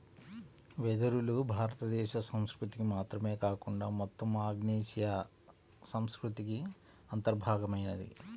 వెదురులు భారతదేశ సంస్కృతికి మాత్రమే కాకుండా మొత్తం ఆగ్నేయాసియా సంస్కృతికి అంతర్భాగమైనవి